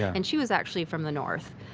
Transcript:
and she was actually from the north.